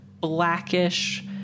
blackish